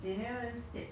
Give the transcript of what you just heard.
我刚才没有读